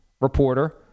reporter